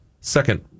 second